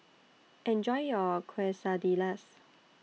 Enjoy your Quesadillas